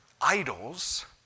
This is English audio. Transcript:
idols